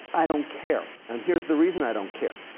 i don't care. and here's the reason i don't care.